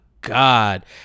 god